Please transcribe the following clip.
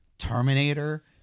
Terminator